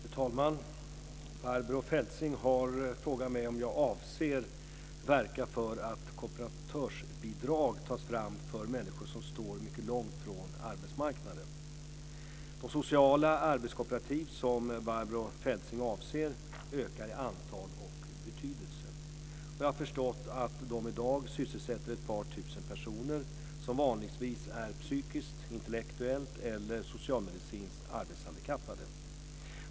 Fru talman! Barbro Feltzing har frågat mig om jag avser verka för att kooperatörsbidrag tas fram för människor som står mycket långt från arbetsmarknaden. De sociala arbetskooperativ som Barbro Feltzing avser ökar i antal och betydelse. Jag har förstått att de i dag sysselsätter ett par tusen personer, som vanligtvis är psykiskt, intellektuellt eller socialmedicinskt arbetshandikappade.